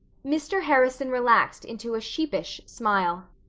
mr. harrison relaxed into a sheepish smile.